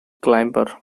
climber